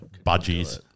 budgies